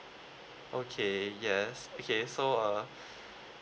okay yes okay so uh